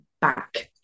back